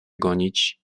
gonić